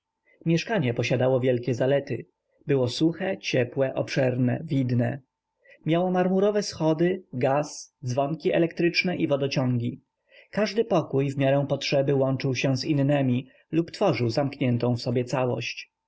mieszkanie posiadało wielkie zalety było suche ciepłe obszerne widne miało marmurowe schody gaz dzwonki elektryczne i wodociągi każdy pokój w miarę potrzeby łączył się z innemi lub tworzył zamkniętą w sobie całość